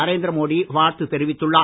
நரேந்திர மோடி வாழ்த்து தெரிவித்துள்ளார்